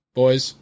boys